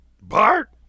Bart